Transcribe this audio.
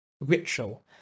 ritual